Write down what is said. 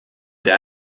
der